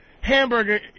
hamburger